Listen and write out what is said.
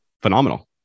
phenomenal